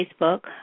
Facebook